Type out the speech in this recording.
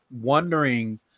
wondering